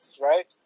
right